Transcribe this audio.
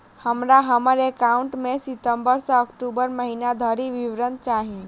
हमरा हम्मर एकाउंट केँ सितम्बर सँ अक्टूबर महीना धरि विवरण चाहि?